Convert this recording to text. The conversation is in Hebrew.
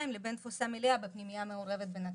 לבין תפוסה מלאה בפנימייה מעורבת בנצרת.